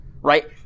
right